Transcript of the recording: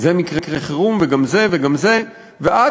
"זה מקרה חירום וגם זה וגם זה, ואת?